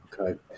Okay